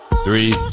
Three